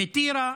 בטירה.